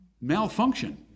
malfunction